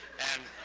and